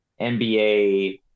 NBA